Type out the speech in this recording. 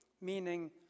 meaning